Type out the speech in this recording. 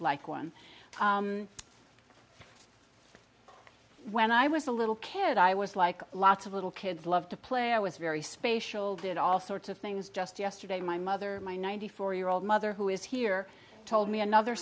like one when i was a little kid i was like lots of little kids love to play i was very spatial did all sorts of things just yesterday my mother my ninety four year old mother who is here told me another